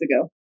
ago